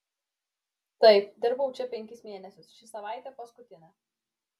taip dirbau čia penkis mėnesius ši savaitė paskutinė